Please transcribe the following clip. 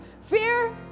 fear